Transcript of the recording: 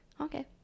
Okay